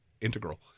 integral